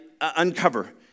uncover